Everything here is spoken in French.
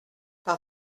par